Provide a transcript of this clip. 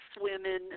women